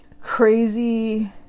crazy